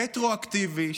רטרואקטיבי,